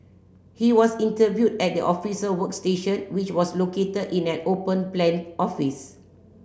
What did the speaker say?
he was interviewed at the officer workstation which was located in an open plan office